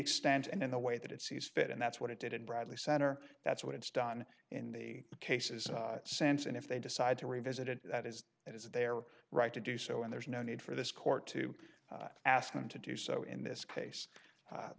extent and in the way that it sees fit and that's what it did in bradley center that's what it's done in the cases sense and if they decide to revisit it that is it is their right to do so and there's no need for this court to ask them to do so in this case